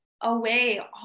away